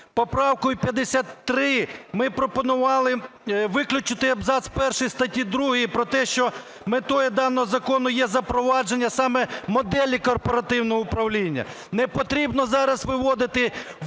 Поправкою 53 ми пропонували виключити абзац перший статті другої про те, що метою даного закону є запровадження саме моделі корпоративного управління. Не потрібно зараз виводити в корпоративне